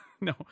No